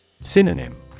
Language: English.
Synonym